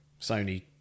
Sony